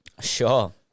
Sure